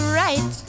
right